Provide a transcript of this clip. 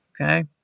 Okay